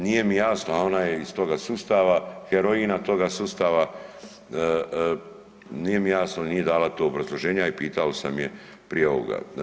Nije mi jasno, a ona je iz toga sustava, heroina toga sustava, nije mi jasno nije dala to obrazloženje, a i pitao sam je prije ovoga.